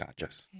Gotcha